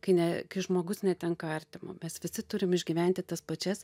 kai ne kai žmogus netenka artimo mes visi turim išgyventi tas pačias